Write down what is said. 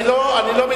אני לא מתנגד,